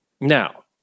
Now